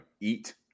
eat